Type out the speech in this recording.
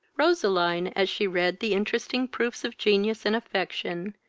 roseline, as she read the interesting proofs of genius and affection,